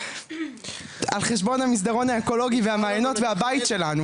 על חשבון המסדרון האקולוגי והמעיינות והבית שלנו.